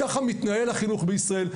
ככה מתנהל החינוך בישראל.